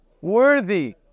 worthy